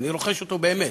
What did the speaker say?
ואני רוחש לך אותו באמת,